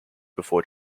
before